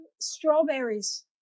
strawberries